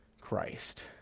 Christ